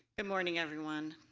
and morning everyone.